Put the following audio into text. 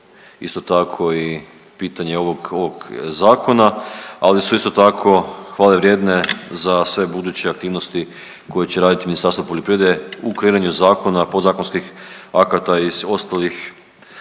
isto tako i pitanje ovog Zakona, ali su isto tako, hvale vrijedne za sve buduće aktivnosti koje će raditi Ministarstvo poljoprivrede u kreiranju zakona, podzakonskih akata iz ostalih